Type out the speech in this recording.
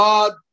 God